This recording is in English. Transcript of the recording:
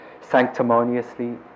sanctimoniously